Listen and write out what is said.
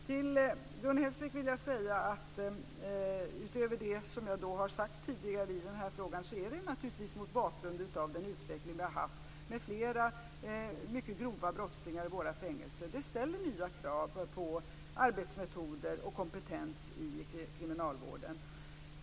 Till Gun Hellsvik vill jag, utöver det jag har sagt tidigare i denna fråga, säga att den utveckling vi har haft med flera mycket grova brottslingar i våra fängelser naturligtvis ställer nya krav på arbetsmetoder och kompetens i kriminalvården.